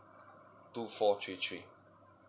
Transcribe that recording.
two four three three